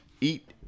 eat